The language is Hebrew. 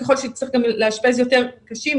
ככל שהצטרכו לאשפז יותר קשים,